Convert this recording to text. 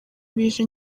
bije